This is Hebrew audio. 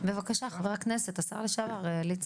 בבקשה חבר הכנסת והשר לשעבר יעקב ליצמן.